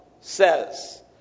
says